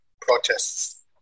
protests